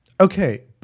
Okay